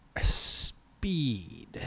Speed